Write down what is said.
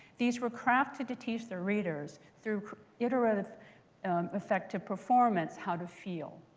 these were crafted to teach their readers, through iterative affective performance, how to feel.